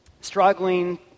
struggling